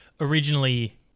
originally